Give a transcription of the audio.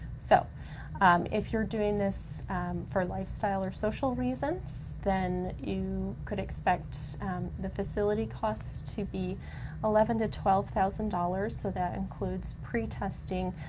so if you're doing this for lifestyle or social reasons, then you could expect the facility costs to be eleven to twelve thousand dollars. so that includes pretesting,